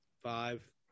Five